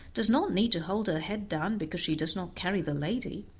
does not need to hold her head down because she does not carry the lady